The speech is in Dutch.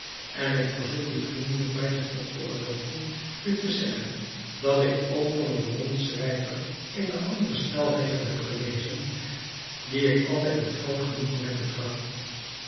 en ik verzoek u vriendelijk mij te veroorloven u te zeggen dat ik ook van een beroemd schrijver eenen anderen stelregel heb gelezen dien ik altijd met groot genoegen heb betracht